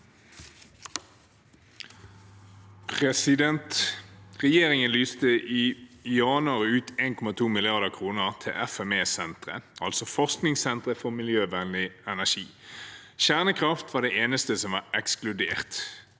Regjeringen lyste i januar ut 1,2 mrd. kr til FME-sentre, altså forskningssentre for miljøvennlig energi. Kjernekraft var det eneste som var ekskludert.